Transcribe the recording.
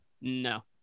No